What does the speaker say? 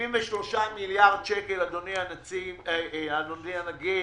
73 מיליארד שקלים, אדוני הנגיד,